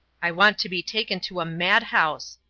i want to be taken to a madhouse,